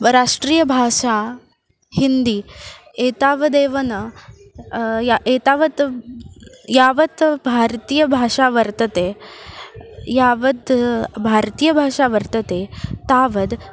व राष्ट्रीयभाषा हिन्दी एतावदेव न एतावत् यावत् भारतीयभाषा वर्तते यावत् भारतीयभाषा वर्तते तावत्